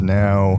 now